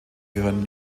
gehören